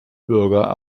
bürger